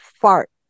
fart